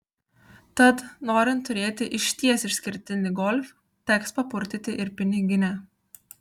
tad norint turėti išties išskirtinį golf teks papurtyti ir piniginę